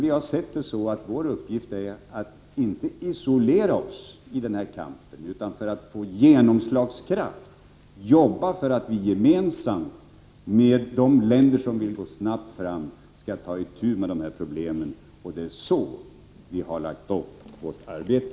Vi har sett det som vår uppgift att inte isolera oss i denna kamp utan för att få genomslagskraft arbeta för att Sverige gemensamt med de länder som vill gå fram snabbt tar itu med de här problemen. Det är så vi har lagt upp vårt arbete.